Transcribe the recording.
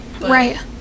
Right